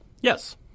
Yes